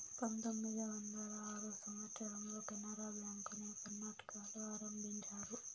పంతొమ్మిది వందల ఆరో సంవచ్చరంలో కెనరా బ్యాంకుని కర్ణాటకలో ఆరంభించారు